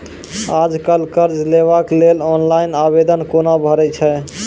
आज कल कर्ज लेवाक लेल ऑनलाइन आवेदन कूना भरै छै?